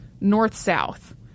north-south